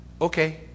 Okay